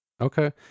Okay